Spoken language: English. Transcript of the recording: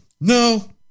No